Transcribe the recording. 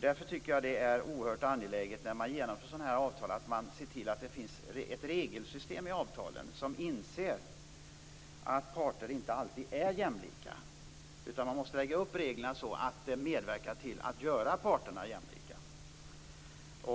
Därför tycker jag att det är oerhört angeläget när man genomför sådana här avtal att man ser till att det finns ett regelsystem i avtalen där man inser att parter inte alltid är jämlika. Man måste lägga upp reglerna så att de medverkar till att göra parterna jämlika.